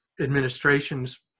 administrations